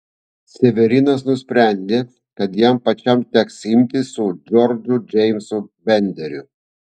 severinas nusprendė kad jam pačiam teks imtis su džordžu džeimsu benderiu